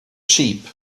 sheep